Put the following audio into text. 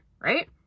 right